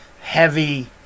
heavy